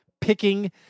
picking